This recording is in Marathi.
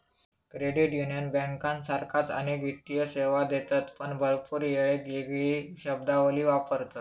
क्रेडिट युनियन बँकांसारखाच अनेक वित्तीय सेवा देतत पण भरपूर येळेक येगळी शब्दावली वापरतत